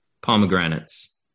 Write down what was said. pomegranates